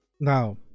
now